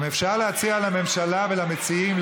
אם אפשר להציע לממשלה ולמציעים,